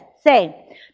Say